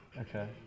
Okay